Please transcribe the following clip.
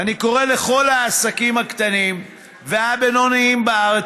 ואני קורא לכל העסקים הקטנים והבינוניים בארץ,